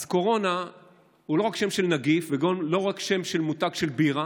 אז קורונה היא לא רק שם נגיף ולא רק שם של מותג של בירה,